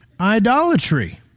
idolatry